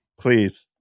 please